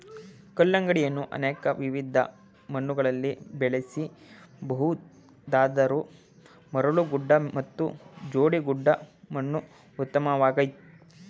ಕಲ್ಲಂಗಡಿಯನ್ನು ಅನೇಕ ವಿಧವಾದ ಮಣ್ಣುಗಳಲ್ಲಿ ಬೆಳೆಸ ಬಹುದಾದರೂ ಮರಳುಗೋಡು ಮತ್ತು ಜೇಡಿಗೋಡು ಮಣ್ಣು ಉತ್ತಮವಾಗಯ್ತೆ